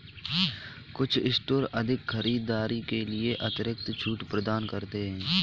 कुछ स्टोर अधिक खरीदारी के लिए अतिरिक्त छूट प्रदान करते हैं